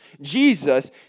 Jesus